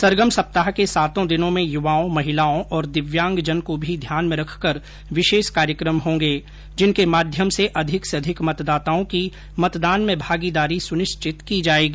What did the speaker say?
सरगम सप्ताह के सातों दिनों में य्वाओं महिलाओं और दिव्यांगजन को भी ध्यान में रखकर विशेष कार्यक्रम होंगे जिनके माध्यम से अधिक से अधिक मतदाताओं की मतदान में भागीदारी सुनिश्चित की जायेगी